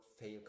fail